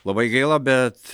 labai gaila bet